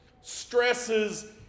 stresses